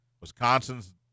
Wisconsin's